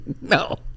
No